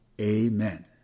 amen